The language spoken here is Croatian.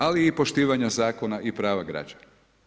Ali i poštivanje zakona i prava građana.